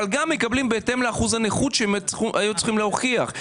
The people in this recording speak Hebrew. אבל גם מקבלים בהתאם לאחוז הנכות שהם היו צריכים להוכיח.